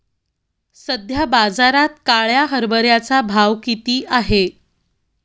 सध्या बाजारात काळ्या हरभऱ्याचा भाव किती आहे?